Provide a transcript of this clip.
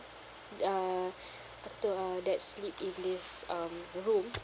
uh to uh that sleep this um room